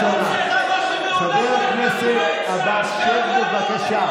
חבל שאתה עושה את זה, חבר הכנסת עבאס, בבקשה,